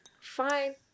Fine